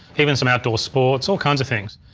even some outdoor sports, all kinds of things.